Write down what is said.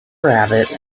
rabbit